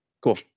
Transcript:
Cool